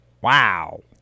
Wow